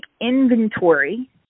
inventory